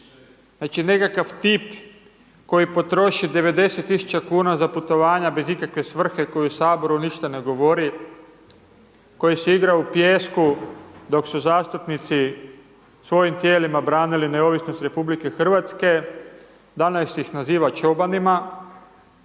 znači, nekakav tip koji potroši 90.000,00 kn za putovanja bez ikakve svrhe, koji u Saboru ništa ne govori, koji se igra u pijesku, dok su zastupnici svojim tijelima branili neovisnost RH, danas ih naziva čobanima,